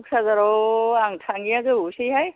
क'क्राझाराव आं थाङैया गोबावसैहाय